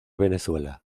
venezuela